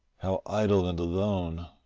how idle and alone. ah,